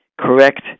correct